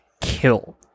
kill